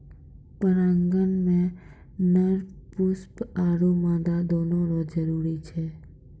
परागण मे नर पुष्प आरु मादा दोनो रो जरुरी छै